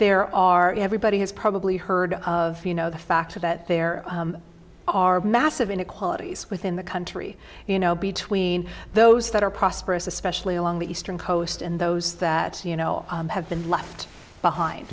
there are everybody has probably heard of you know the fact that there are massive inequalities within the country you know between those that are prosperous especially along the eastern coast and those that you know have been left behind